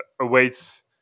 awaits